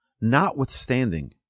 notwithstanding